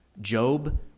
Job